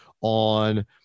on